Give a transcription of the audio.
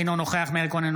אינו נוכח מאיר כהן,